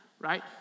right